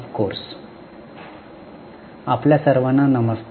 आपल्या सर्वांना नमस्ते